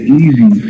easy